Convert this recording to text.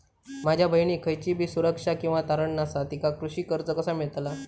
माझ्या बहिणीक खयचीबी सुरक्षा किंवा तारण नसा तिका कृषी कर्ज कसा मेळतल?